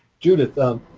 judith, um,